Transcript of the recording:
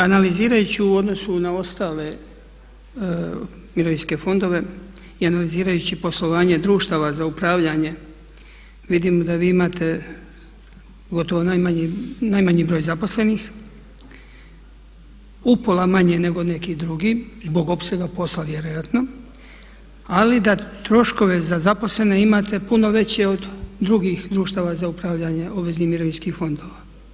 Analizirajući u odnosu na ostale mirovinske fondove i analizirajući poslovanje društava za upravljanje vidimo da vi imate gotovo najmanji broj zaposlenih, upola manje nego neki drugi zbog opsega posla vjerojatno, ali da troškove za zaposlene imate puno veće od drugih društava za upravljanjem obveznim mirovinskih fondova.